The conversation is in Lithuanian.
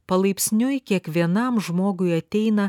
palaipsniui kiekvienam žmogui ateina